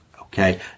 okay